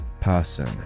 person